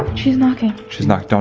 she's knocking. she's knocked, don't